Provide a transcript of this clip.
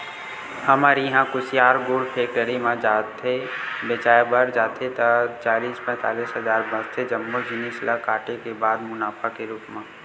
हमर इहां कुसियार गुड़ फेक्टरी म जाथे बेंचाय बर जाथे ता चालीस पैतालिस हजार बचथे जम्मो जिनिस ल काटे के बाद मुनाफा के रुप म